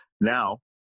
now